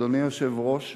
אדוני היושב-ראש,